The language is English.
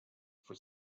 for